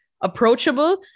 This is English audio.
approachable